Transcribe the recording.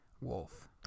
wolf